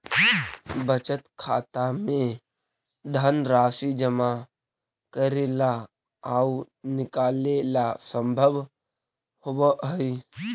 बचत खाता में धनराशि जमा करेला आउ निकालेला संभव होवऽ हइ